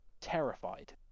terrified